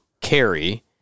carry